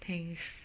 thanks